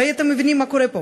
הרי אתם מבינים מה קורה פה,